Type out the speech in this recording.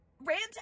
rant